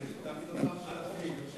זה תמיד אותם אלפים.